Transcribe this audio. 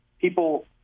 people